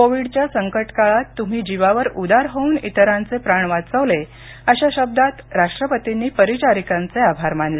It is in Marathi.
कोविडच्या संकट काळात तृम्ही जीवावर उदार होऊन इतरांचे प्राण वाचवले अशा शब्दात राष्ट्रपतींनी परिचारिकांचे आभार मानले